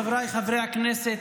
חבריי חברי הכנסת,